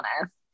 honest